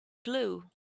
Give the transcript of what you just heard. glue